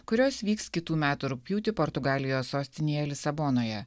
kurios vyks kitų metų rugpjūtį portugalijos sostinėje lisabonoje